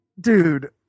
dude